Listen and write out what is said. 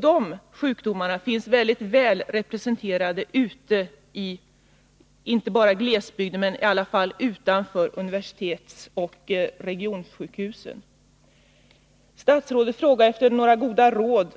De sjukdomarna finns väl representerade inte bara i glesbygden utan utanför universitetsoch regionsjukhusen över huvud taget. Statsrådet bad om goda råd.